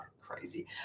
Crazy